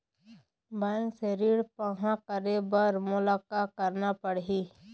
Bank से ऋण पाहां करे बर मोला का करना पड़ही?